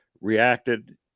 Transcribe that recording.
reacted